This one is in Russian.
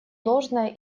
должное